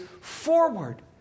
forward